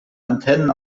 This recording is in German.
antennen